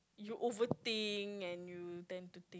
you overthink and you tend to